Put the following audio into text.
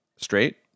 straight